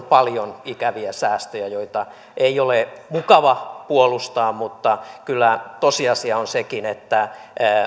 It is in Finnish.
paljon ikäviä säästöjä joita ei ole mukava puolustaa mutta kyllä tosiasia on sekin että